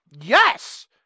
yes